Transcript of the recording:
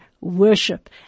worship